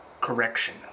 Correction